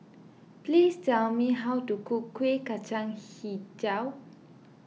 please tell me how to cook Kuih Kacang HiJau